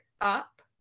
up